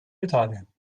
italien